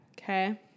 Okay